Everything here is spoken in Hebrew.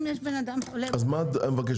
אז מה את מבקשת,